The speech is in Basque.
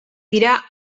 dira